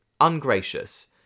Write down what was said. Ungracious